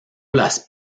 las